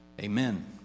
Amen